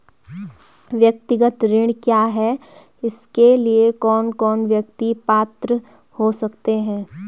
व्यक्तिगत ऋण क्या है इसके लिए कौन कौन व्यक्ति पात्र हो सकते हैं?